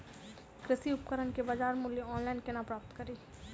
कृषि उपकरण केँ बजार मूल्य ऑनलाइन केना प्राप्त कड़ी?